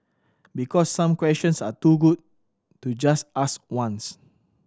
because some questions are too good to just ask once